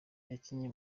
yakinnye